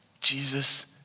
Jesus